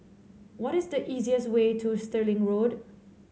what is the easiest way to Stirling Road